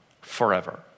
forever